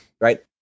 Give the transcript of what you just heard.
right